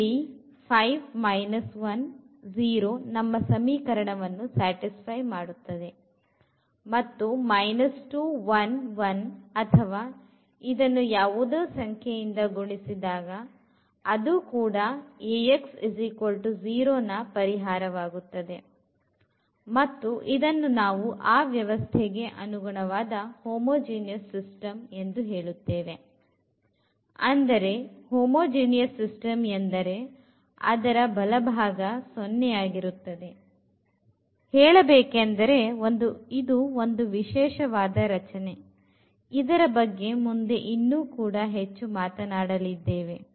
ಇಲ್ಲಿ 5 1 0 ನಮ್ಮ ಸಮೀಕರಣವನ್ನು satisfy ಮಾಡುತ್ತದೆ ಮತ್ತು 2 1 1 ಅಥವಾ ಇದನ್ನು ಯಾವುದೇ ಸಂಖ್ಯೆ ಗುಣಿಸಿದಾಗ ಅದು ಕೂಡ Ax0 ರ ಪರಿಹಾರವಾಗುತ್ತದೆ ಮತ್ತು ಇದನ್ನು ನಾವು ಆ ವ್ಯವಸ್ಥೆಗೆ ಅನುಗುಣವಾದ homogeneous system ಎಂದು ಹೇಳುತ್ತೇವೆ ಅಂದರೆ homogeneous system ಎಂದರೆ ಅದರ ಬಲಭಾಗ 0 ಆಗಿ ಆಗಿರುತ್ತದೆ ಹೇಳಬೇಕೆಂದರೆ ಇದು ಒಂದು ವಿಶೇಷವಾದ ರಚನೆ ಇದರ ಬಗ್ಗೆ ಮುಂದೆ ಕೂಡ ಇನ್ನೂ ಹೆಚ್ಚು ಮಾತನಾಡಲಿದ್ದೇವೆ